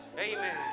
Amen